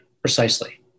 precisely